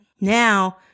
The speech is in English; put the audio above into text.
now